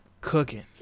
Cooking